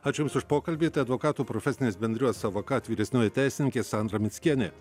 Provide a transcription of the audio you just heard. ačiū jums už pokalbį tai advokatų profesinės bendrijos avocad vyresnioji teisininkė sandra mickienė